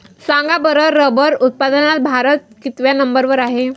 सांगा बरं रबर उत्पादनात भारत कितव्या नंबर वर आहे?